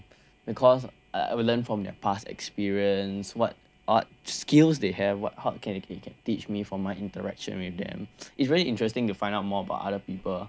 because I will learn from their past experience what what skills they have what how can they teach me for my interaction with them it's very interesting to find out more about other people ya